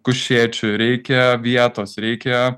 kušečių reikia vietos reikia